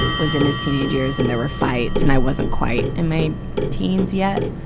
was in his teenage years and there were fights, and i wasn't quite in my teens yet.